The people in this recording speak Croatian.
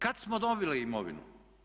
Kad smo dobili imovinu?